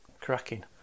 cracking